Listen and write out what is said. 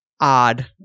odd